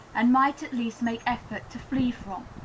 and might at least make effort to flee from.